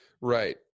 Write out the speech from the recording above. Right